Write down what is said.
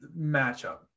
matchup